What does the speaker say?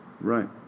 Right